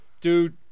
Dude